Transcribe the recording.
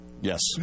Yes